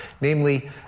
namely